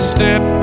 Step